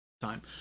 time